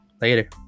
later